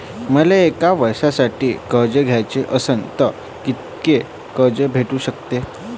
मले एक वर्षासाठी कर्ज घ्याचं असनं त कितीक कर्ज भेटू शकते?